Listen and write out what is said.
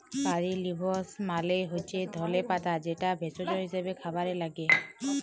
কারী leaves মালে হচ্যে ধলে পাতা যেটা ভেষজ হিসেবে খাবারে লাগ্যে